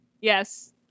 Yes